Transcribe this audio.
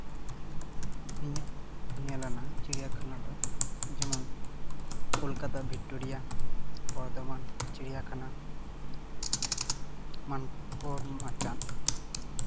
ᱤᱧᱟᱹᱜ ᱧᱮᱞ ᱟᱱᱟᱜ ᱪᱤᱲᱭᱟᱠᱷᱟᱱᱟ ᱫᱚ ᱡᱮᱢᱚᱱ ᱠᱳᱞᱠᱟᱛᱟ ᱵᱷᱮᱠᱴᱳᱨᱤᱭᱟ ᱵᱚᱨᱫᱷᱚᱢᱟᱱ ᱪᱤᱲᱭᱟᱠᱷᱟᱱᱟ ᱟᱨ ᱢᱟᱱᱠᱚᱲ ᱢᱟᱪᱟᱱ